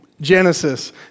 Genesis